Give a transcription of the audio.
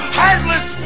heartless